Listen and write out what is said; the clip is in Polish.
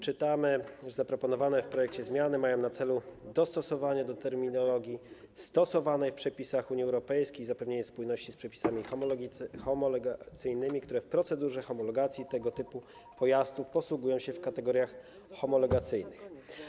Czytamy, iż zaproponowane w projekcie zmiany mają na celu dostosowanie do terminologii stosowanej w przepisach Unii Europejskiej, zapewnienie spójności z przepisami homologacyjnymi, które w procedurze homologacji tego typu pojazdów posługują się kategoriami homologacyjnymi.